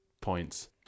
points